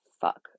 fuck